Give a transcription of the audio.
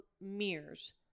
mirrors